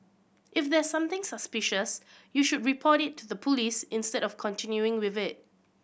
if there's something suspicious you should report it to the police instead of continuing with it